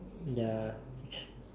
ya